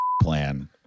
plan